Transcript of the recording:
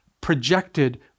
projected